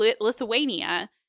Lithuania